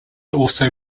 also